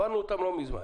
מזמן.